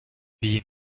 wie